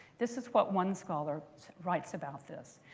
this is what one scholar writes about this.